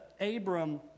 Abram